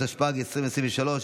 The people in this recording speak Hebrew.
התשפ"ג 2022,